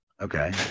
Okay